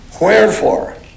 Wherefore